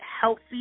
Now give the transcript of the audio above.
healthy